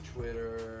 Twitter